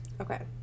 Okay